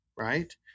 right